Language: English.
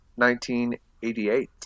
1988